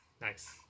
Nice